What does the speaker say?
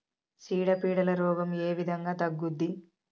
చీడ పీడల రోగం ఏ విధంగా తగ్గుద్ది?